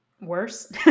worse